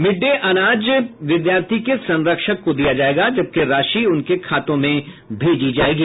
mid day अनाज विद्यार्थी के संरक्षक को दिया जायेगा जबकि राशि उनके खातों में भेज दी जायेगी